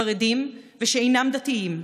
חרדים ושאינם דתיים,